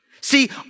See